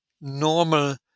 normal